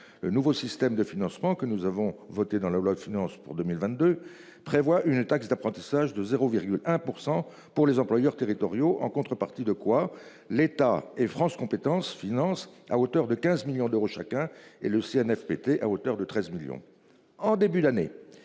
Nouveau système de financement que nous avons voté dans le lot finances pour 2022 prévoit une taxe d'apprentissage de 0,1% pour les employeurs territoriaux en contrepartie de quoi l'État et France compétences finance à hauteur de 15 millions d'euros chacun et le Cnfpt à hauteur de 13 millions